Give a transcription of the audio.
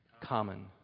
common